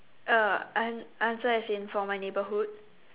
uh an~ answer as in for my neighbourhood